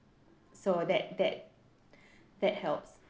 so that that that helps